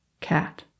cat